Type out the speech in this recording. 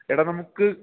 എടാ നമുക്ക്